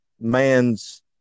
man's